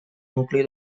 nucli